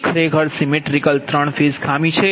તેથી તે ખરેખર symmetrical સિમેટ્રિકલ ત્રણ ફેઝ ખામી છે